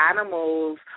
animals